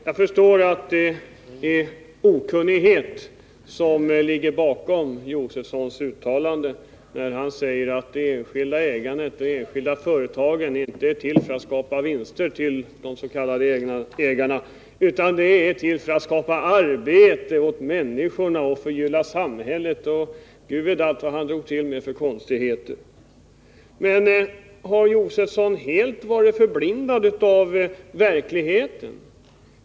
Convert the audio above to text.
Jag förstår att det är okunnighet som ligger bakom Stig Josefsons uttalanden när han säger att de enskilda företagen inte är till för att skapa vinster åt de s.k. ägarna utan för att skapa arbete åt människorna, för att förgylla samhället och Gud vet vilka konstigheter han drog till med. Men har Stig Josefson varit helt förblindad när det gäller verkligheten?